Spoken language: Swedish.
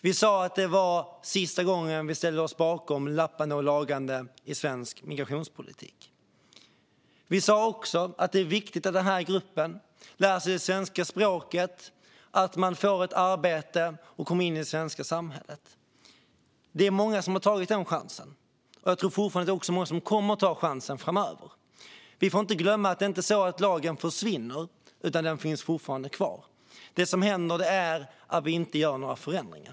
Vi sa att det var sista gången vi ställde oss bakom lappande och lagande i svensk migrationspolitik. Vi sa också att det är viktigt att den här gruppen lär sig svenska språket, får arbete och kommer in i det svenska samhället. Det är många som har tagit den chansen, och jag tror fortfarande att det är många som kommer att ta chansen framöver. Vi får inte glömma att det inte är så att lagen försvinner, utan den finns fortfarande kvar. Det som händer är att vi inte gör några förändringar.